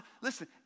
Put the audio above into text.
listen